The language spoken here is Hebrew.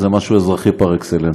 זה משהו אזרחי פר אקסלנס.